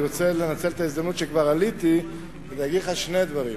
אני רוצה לנצל את ההזדמנות שכבר עליתי ולהגיד לך שני דברים.